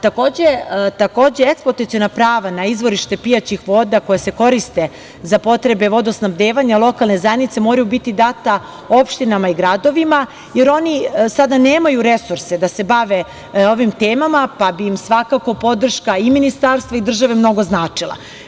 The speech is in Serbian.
Takođe, eksploataciona prava na izvorište pijaćih voda koja se koriste za potrebe vodosnabdevanja lokalne zajednice moraju biti data opštinama i gradovima jer oni sada nemaju resurse da se bave ovim temama pa bi im svakako podrška i ministarstva i države mnogo značila.